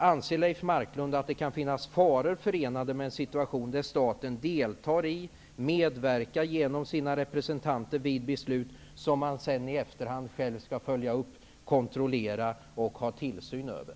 Anser Leif Marklund att det kan finnas faror förenade med en situation där staten deltar i och medverkar genom sina representanter i beslut som man sedan i efterhand skall följa upp, kontrollera och ha tillsyn över?